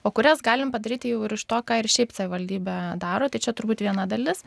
o kurias galim padaryti jau ir iš to ką ir šiaip savivaldybė daro tai čia turbūt viena dalis